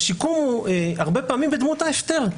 השיקום הוא הרבה פעמים הוא בדמות ההפטר.